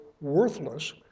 worthless